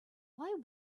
why